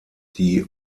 die